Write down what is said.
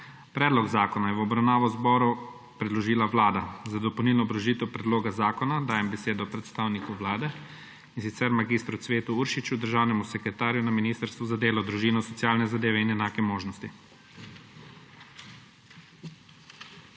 Predlog zakona je v obravnavo zboru predložila Vlada. Za dopolnilno obrazložitev predloga zakona dajem besedo predstavniku Vlade, in sicer mag. Cvetu Uršiču, državnemu sekretarju na Ministrstvu za delo, družino, socialne zadeve in enake možnosti.